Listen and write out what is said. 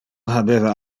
habeva